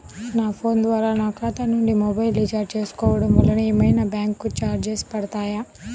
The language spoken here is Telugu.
నా ఫోన్ ద్వారా నా ఖాతా నుండి మొబైల్ రీఛార్జ్ చేసుకోవటం వలన ఏమైనా బ్యాంకు చార్జెస్ పడతాయా?